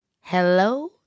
Hello